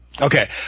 Okay